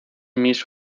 miss